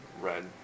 red